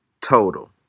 total